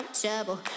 trouble